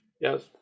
Yes